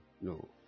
No